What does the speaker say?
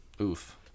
Oof